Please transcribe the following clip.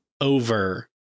over